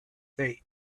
they